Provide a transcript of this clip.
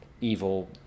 evil